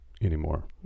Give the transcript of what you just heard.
anymore